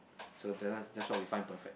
so that one that's what we find perfect